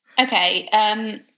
Okay